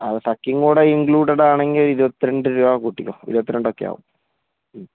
trekking കൂടെ included ആണെങ്കിൽ ഇരുപത്തി രണ്ട് രൂപ കൂട്ടിക്കോ ഇരുപത്തിരണ്ടോക്കെ ആകും ഉം